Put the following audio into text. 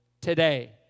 today